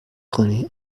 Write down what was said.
کنی